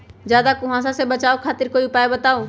ज्यादा कुहासा से बचाव खातिर कोई उपाय बताऊ?